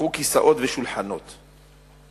והפכו שולחנות וכיסאות.